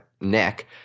neck